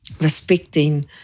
respecting